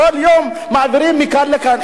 כל יום מעבירים מכאן לכאן.